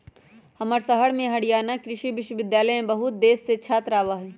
हमर शहर में हरियाणा कृषि विश्वविद्यालय में बहुत देश से छात्र आवा हई